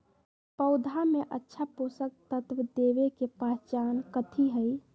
पौधा में अच्छा पोषक तत्व देवे के पहचान कथी हई?